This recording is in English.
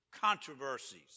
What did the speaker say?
controversies